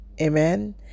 Amen